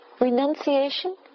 renunciation